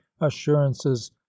assurances